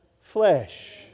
flesh